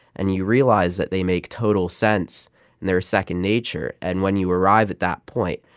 and you realize that they make total sense and they're second nature. and when you arrive at that point,